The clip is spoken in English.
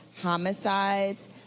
homicides